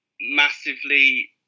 massively